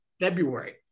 February